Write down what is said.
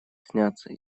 сняться